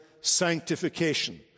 sanctification